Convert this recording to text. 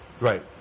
right